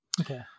Okay